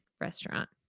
restaurant